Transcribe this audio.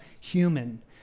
human